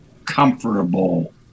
Comfortable